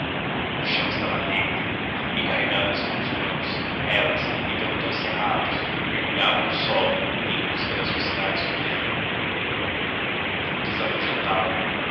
o chão estava negro e carregadas com os grãos elas em pelotões cerrados mergulhavam no solo em busca da sua cidade subterrânea quis afugentá las